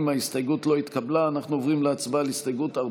וללא תוכנית יציאה,